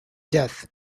death